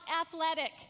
athletic